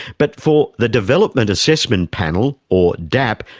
but for the development assessment panel, or dap,